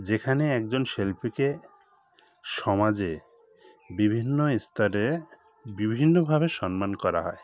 যেখানে একজন শিল্পীকে সমাজে বিভিন্ন স্তরে বিভিন্নভাবে সম্মান করা হয়